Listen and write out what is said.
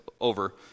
over